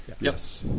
Yes